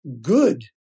good